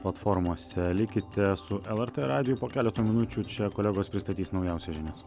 platformose likite su lrt radiju po keleto minučių čia kolegos pristatys naujausias žinias